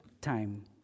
time